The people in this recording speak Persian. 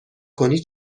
کنی